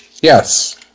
Yes